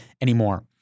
anymore